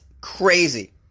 crazy